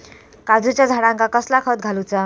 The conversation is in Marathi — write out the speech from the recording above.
काजूच्या झाडांका कसला खत घालूचा?